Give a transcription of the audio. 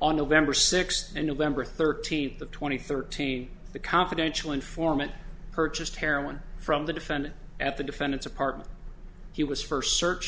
on nov sixth and november thirteenth of two thousand and thirteen the confidential informant purchased heroin from the defendant at the defendant's apartment he was first search